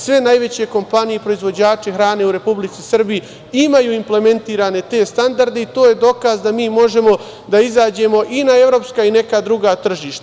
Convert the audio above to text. Sve najveće kompanije i proizvođači hrane u Republici Srbiji imaju implementirane te standarde, i to je dokaz da mi možemo da izađemo i na evropska i na neka druga tržišta.